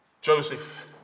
Joseph